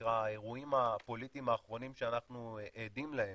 שנקרא האירועים הפוליטיים האחרונים שאנחנו עדים להם.